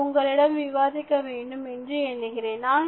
அதை உங்களிடம் விவாதிக்க வேண்டும் என்று எண்ணுகிறேன்